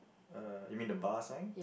uh you mean the bar sign